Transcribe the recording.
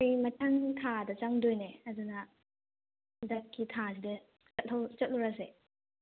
ꯑꯩ ꯃꯊꯪ ꯊꯥꯗ ꯆꯪꯗꯣꯏꯅꯦ ꯑꯗꯨꯅ ꯍꯟꯗꯛꯀꯤ ꯊꯥꯁꯤꯗ ꯆꯠꯂꯨꯔꯁꯦ